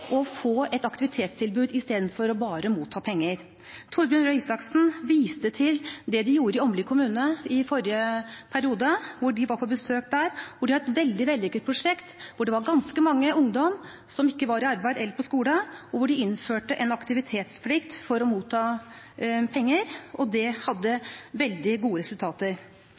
få et aktivitetstilbud i stedet for bare å motta penger. Torbjørn Røe Isaksen viste til det de gjorde i Åmli kommune i forrige periode, da man var på besøk der, og hvor de hadde et veldig vellykket prosjekt. Der var det ganske mange ungdommer som ikke var i arbeid eller på skole, og man innførte en aktivitetsplikt for at de fikk motta penger. Det hadde veldig gode resultater.